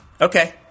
Okay